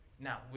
Now